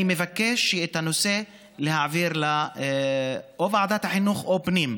אני מבקש להעביר את הנושא לוועדת החינוך או לוועדת הפנים.